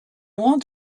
want